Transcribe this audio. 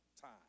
time